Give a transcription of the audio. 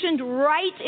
right